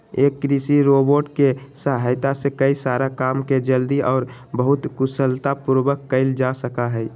एक कृषि रोबोट के सहायता से कई सारा काम के जल्दी और बहुत कुशलता पूर्वक कइल जा सका हई